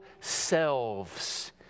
selves